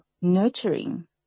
nurturing